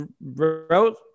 wrote